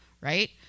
Right